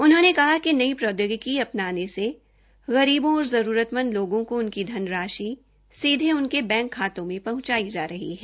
उन्होंने कहा कि नई प्रौद्योगिकी अपनाने से गरीबों और जरूतमंदो लोगों को उनकी धनराशि सीधे उनके बैंक खातों में पहुंचाई जा रही है